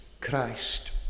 Christ